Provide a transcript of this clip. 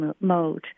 mode